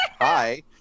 hi